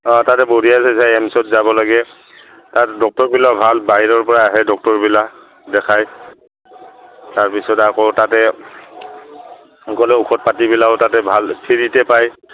অঁ তাতে যায় এইমচত যাব লাগে তাত ডক্তৰবিলাক ভাল বাহিৰৰ পৰা আহে ডক্তৰবিলাক দেখাই তাৰপিছত আকৌ তাতে গ'লে ঔষধ পাতিবিলাকও তাতে ভাল ফিৰিতে পায়